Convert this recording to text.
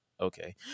Okay